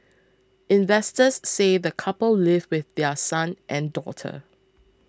investors say the couple live with their son and daughter